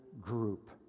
group